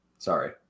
sorry